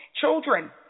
Children